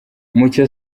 mucyo